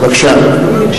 אומרם.